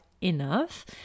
enough